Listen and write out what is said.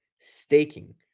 staking